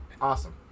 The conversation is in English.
Awesome